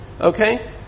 okay